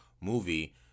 movie